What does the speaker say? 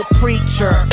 preacher